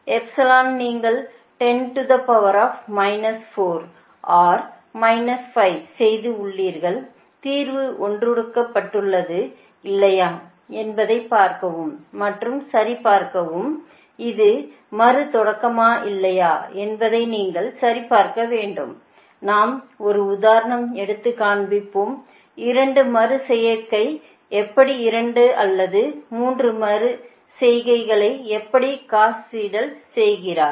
எனவே எப்சிலனில் நீங்கள் 10 to the power minus 4 or minus 5 செய்து உள்ளீர்கள் தீர்வு ஒன்றாக்கப்பட்டுள்ளதா இல்லையா என்பதைப் பார்க்கவும் மற்றும் சரிபார்க்கவும் இது மறுதொடக்கமா இல்லையா என்பதை நீங்கள் சரிபார்க்க வேண்டும் நாம் ஒரு உதாரணம் எடுத்து காண்பிப்போம் 2 மறு செய்கை எப்படி 2 அல்லது 3 மறு செய்கைகளை எப்படி காஸ் சீடல் செய்கிறார்